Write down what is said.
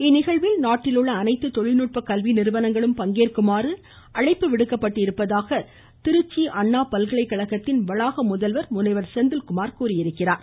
இந்நிகழ்வில் நாட்டில் உள்ள அனைத்து தொழில்நுட்ப கல்வி நிறுவனங்களும் பங்கேற்குமாறு அழைப்பு விடுக்கப்பட்டுள்ளதாக திருச்சி அண்ணா பல்கலைக்கழக வளாக முதல்வர் முனைவர் செந்தில்குமார் கூறியிருக்கிறார்